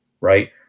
Right